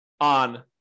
on